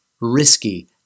risky